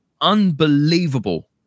Unbelievable